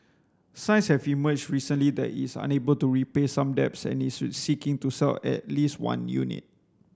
signs have emerged recently that it's unable to repay some debts and is seeking to sell at least one unit